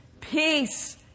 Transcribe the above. Peace